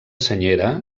senyera